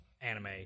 anime